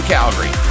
Calgary